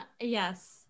yes